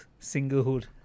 singlehood